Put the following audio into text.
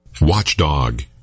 Watchdog